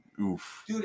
Oof